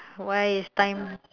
why if time